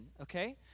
okay